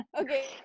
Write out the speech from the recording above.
Okay